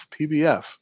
PBF